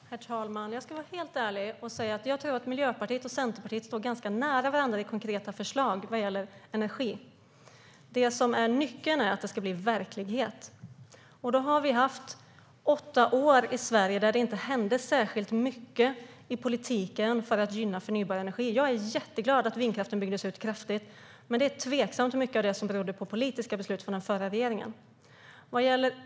Herr talman! Jag ska vara helt ärlig och säga att jag tror att Miljöpartiet och Centerpartiet står ganska nära varandra i konkreta förslag när det gäller energin. Nyckeln är att det ska bli verklighet. Vi har haft åtta år i Sverige då det inte hände särskilt mycket i politiken för att gynna förnybar energi. Jag är jätteglad att vindkraften byggdes ut kraftigt, men det är tveksamt hur mycket av det som berodde på politiska beslut från den förra regeringen.